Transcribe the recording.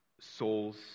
souls